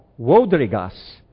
Wodrigas